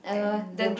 and the